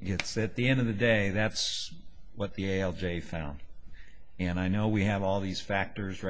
it's at the end of the day that's what the ale jay found and i know we have all these factors